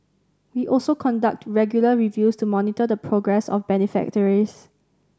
we also conduct regular reviews to monitor the progress of beneficiaries